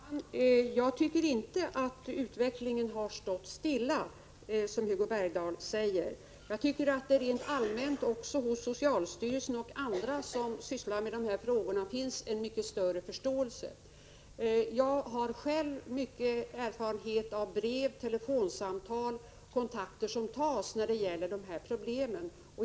Herr talman! Jag tycker inte att utvecklingen har stått stilla, som Hugo Bergdahl säger. Rent allmänt finns det hos socialstyrelsen och hos andra som sysslar med dessa frågor mycket större förståelse nu. Jag själv får många brev och telefonsamtal och har erfarenhet av andra kontakter som tas när det gäller dessa problem.